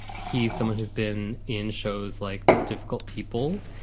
he is someone who's been in shows like difficult people.